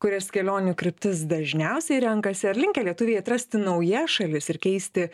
kurias kelionių kryptis dažniausiai renkasi ar linkę lietuviai atrasti naujas šalis ir keisti